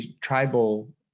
tribal